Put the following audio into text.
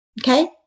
Okay